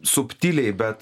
subtiliai bet